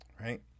Right